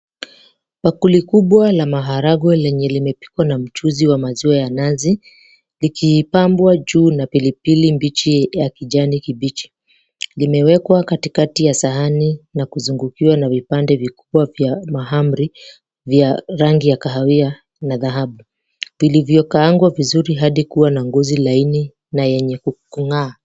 Bakuli kubwa la maharagwe lenye limepikwa na mchuzi wa maziwa na nazi, zikipambwa juu na pilipili mbichi ya kijani kibichi. Vimewekwa katikati ya sahani na kuzungukiwa na vipande vikubwa vya mahamri vya rangi ya kahawia na dhahabu. Vilivyo kaangwa vizuri hadi kua na ngozi laini na lenye kung'aa.